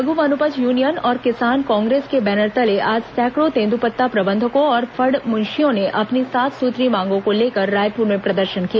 लघु वनोपज यूनियन और किसान कांग्रेस के बैनर तले आज सैकड़ों तेंद्रपत्ता प्रबंधकों और फड़ मुंशियों ने अपनी सात सूत्रीय मांगों को लेकर रायपुर में प्रदर्शन किया